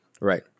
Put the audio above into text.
right